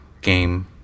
game